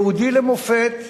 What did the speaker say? יהודי למופת.